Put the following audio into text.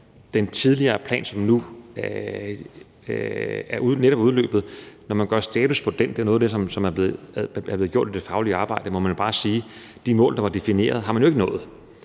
den tidligere plan, som nu netop er udløbet. Når man gør status på den – det er noget af det, som er blevet gjort i det faglige arbejde – må man jo bare sige, at de mål, der var defineret, har man jo ikke nået.